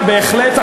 בהחלט.